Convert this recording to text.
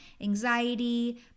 anxiety